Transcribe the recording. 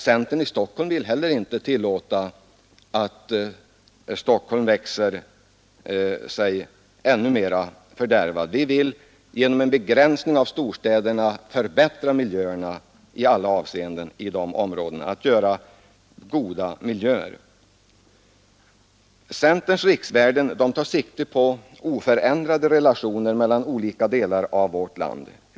Centern i Stockholm vill heller inte tillåta att Stockholm växer sig ännu mera fördärvat. Vi vill genom en begränsning av storstäderna förbättra miljöerna i alla avseenden i de områdena, skapa goda miljöer. Centerns riktvärden tar sikte på oförändrade relationer mellan olika delar av vårt land.